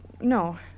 no